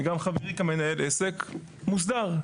וגם חברי כאן מנהל עסק מוסדר.